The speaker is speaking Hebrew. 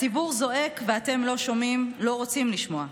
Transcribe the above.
הציבור זועק ואתם לא שומעים, לא רוצים לשמוע.